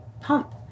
pump